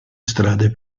strade